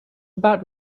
about